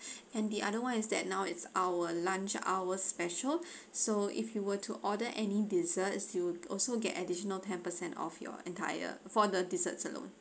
and the other [one] is that now it's our lunch hour special so if you were to order any desserts you also get additional ten percent of your entire for the desserts alone